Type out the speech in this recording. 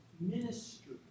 ministry